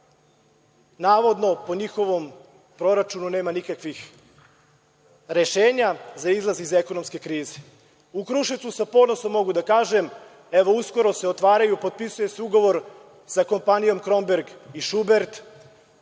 navodno, po njihovom proračunu, nema nikakvih rešenja za izlaz iz ekonomske krize.U Kruševcu, sa ponosom mogu da kažem, uskoro se otvaraju, potpisuje se ugovor sa kompanijom „Kromberg“ i „Šubert“,